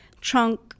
trunk